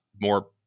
more